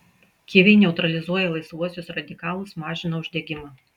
kiviai neutralizuoja laisvuosius radikalus mažina uždegimą